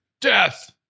Death